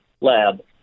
lab